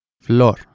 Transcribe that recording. flor